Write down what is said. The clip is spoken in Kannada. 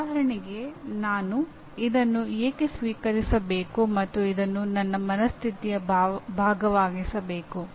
ಉದಾಹರಣೆಗೆ ನಾನು ಇದನ್ನು ಏಕೆ ಸ್ವೀಕರಿಸಬೇಕು ಮತ್ತು ಇದನ್ನು ನನ್ನ ಮನಸ್ಥಿತಿಯ ಭಾಗವಾಗಿಸಬೇಕು